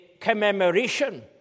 commemoration